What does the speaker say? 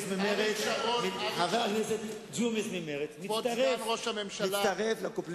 חבר הכנסת ג'ומס ממרצ מצטרף לקומפלימנטים